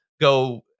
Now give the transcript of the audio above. go